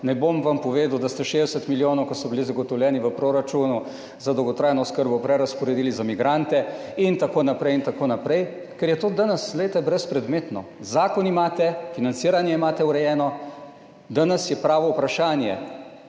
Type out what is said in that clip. Ne bom vam povedal, da ste, 60 milijonov ki so bili zagotovljeni v proračunu za dolgotrajno oskrbo, prerazporedili za migrante in tako naprej in tako naprej, ker je to danes, glejte, brezpredmetno. Zakon imate, financiranje imate urejeno. Danes je pravo vprašanje,